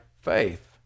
faith